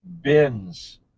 bins